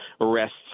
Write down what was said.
arrests